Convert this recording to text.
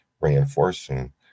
reinforcing